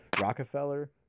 Rockefeller